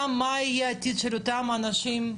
גם מה יהיה עתיד של אותם אנשים,